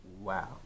Wow